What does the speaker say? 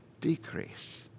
decrease